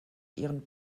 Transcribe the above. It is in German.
ihren